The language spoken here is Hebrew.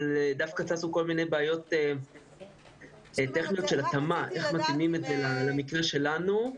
אבל דווקא יש כל מיני בעיות טכניות של התאמה במקרה שלנו.